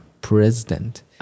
president